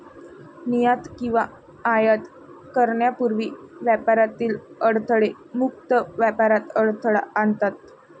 निर्यात किंवा आयात करण्यापूर्वी व्यापारातील अडथळे मुक्त व्यापारात अडथळा आणतात